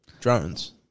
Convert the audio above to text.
Drones